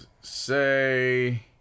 say